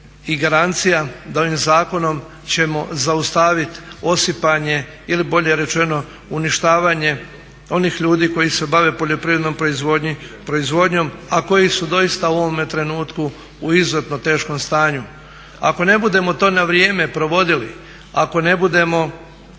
i garancija da ovim zakonom ćemo zaustaviti osipanje ili bolje rečeno uništavanje onih ljudi koji se bave poljoprivrednom proizvodnjom a koji su doista u ovome trenutku u izuzetno teškom stanju. Ako ne budemo to na vrijeme provodili, ako ne budemo